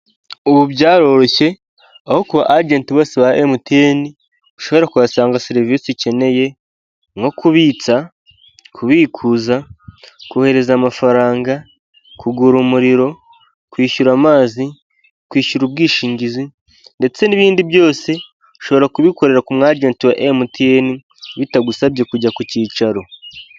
Ubu byaroroshye aho agenti bose ba Emutiyeni ushobora kuhasanga serivisi ikeneye nko; kubitsa, kubikuza, kohereza amafaranga, kugura umuriro, kwishyura amazi, kwishyura ubwishingizi ndetse n'ibindi byose ushobora kubikorera ku umu agenti wa emutiyeni bitagusabye kujya ku icyicaro.